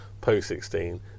Post-16